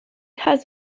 has